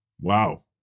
Wow